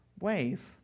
ways